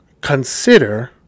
consider